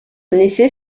naissait